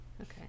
Okay